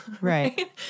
Right